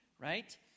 right